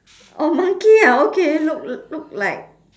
oh monkey ah okay look l~ look like